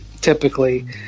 typically